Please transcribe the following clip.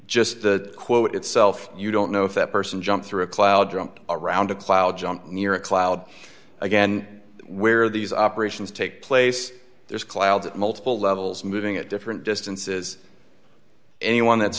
just the quote itself you don't know if that person jumped through a cloud jumped around a cloud jumped near a cloud again where these operations take place there's clouds at multiple levels moving at different distances anyone that's